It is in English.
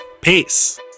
Peace